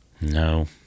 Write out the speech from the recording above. No